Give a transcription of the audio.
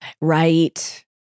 Right